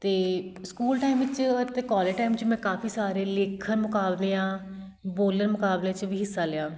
ਅਤੇ school time ਵਿੱਚ ਅਤੇ ਕੋਲਜ ਟਾਈਮ 'ਚ ਮੈਂ ਕਾਫੀ ਸਾਰੇ ਲੇਖਾ ਮੁਕਾਬਲਿਆਂ ਬੋਲਣ ਮੁਕਾਬਲੇ 'ਚ ਵੀ ਹਿੱਸਾ ਲਿਆ